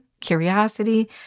curiosity